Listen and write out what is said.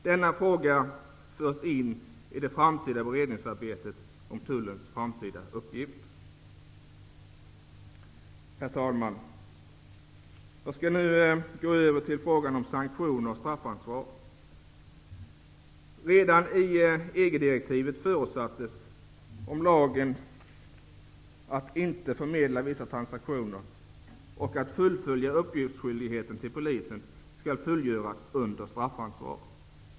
Denna fråga förs in i det framtida beredningsarbetet om tullens framtida uppgifter. Herr talman! Jag skall nu övergå till frågan om sanktioner och straffansvar. Redan i EG-direktivet förutsattes det, när det gäller lagen, att vissa transaktioner inte skulle förmedlas och att uppgiftsskyldigheten till polisen skulle fullgöras under straffansvar.